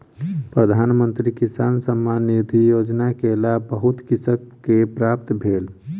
प्रधान मंत्री किसान सम्मान निधि योजना के लाभ बहुत कृषक के प्राप्त भेल